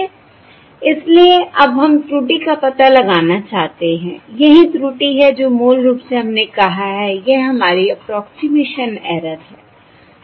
इसलिए हम अब त्रुटि का पता लगाना चाहते हैं यही त्रुटि है जो मूल रूप से हमने कहा है यह हमारी अप्रोक्सिमेशन ऐरर' 'approximation error' है